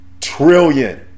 trillion